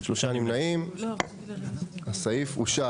הצבעה בעד 4 נמנעים 3 אושר.